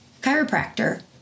chiropractor